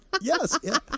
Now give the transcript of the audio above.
Yes